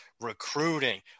recruiting